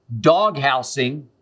doghousing